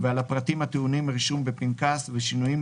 ועל הפרטים הטעונים רישום בפנקס ושינויים